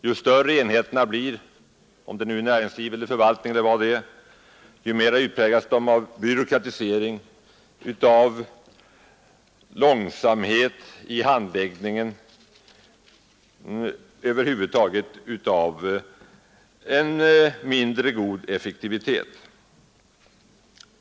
Ju större enheterna blir — vare sig det gäller näringsliv eller förvaltning eller någonting annat — desto mera präglas de av byråkratisering, långsamhet i handläggningen och över huvud taget av mindre god effektivitet.